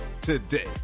today